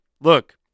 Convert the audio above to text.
look